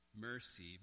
mercy